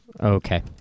Okay